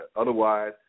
Otherwise